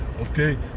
Okay